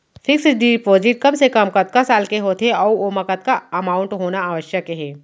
Fix deposit कम से कम कतका साल के होथे ऊ ओमा कतका अमाउंट होना आवश्यक हे?